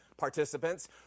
Participants